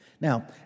Now